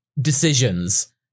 decisions